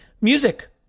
music